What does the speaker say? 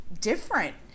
different